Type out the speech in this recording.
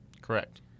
Correct